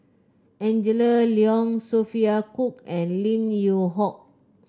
Angela Liong Sophia Cooke and Lim Yew Hock